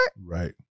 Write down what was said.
Right